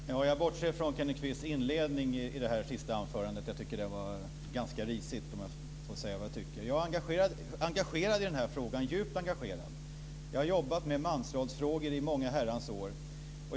Fru talman! Jag bortser från Kenneth Kvists inledning i det här senaste anförandet. Jag tycker att den var ganska risig, om jag får säga vad jag tycker. Jag är djupt engagerad i den här frågan. Jag har jobbat med mansrollsfrågor i många herrans år.